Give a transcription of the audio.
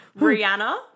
Rihanna